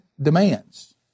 demands